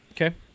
Okay